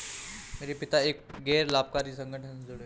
मेरे पिता एक गैर लाभकारी संगठन से जुड़े हैं